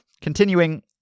Continuing